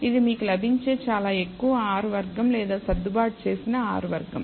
ఇది మీకు లభించే చాలా ఎక్కువ R వర్గం లేదా సర్దుబాటు చేసిన R వర్గం